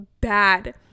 bad